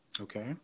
Okay